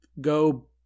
go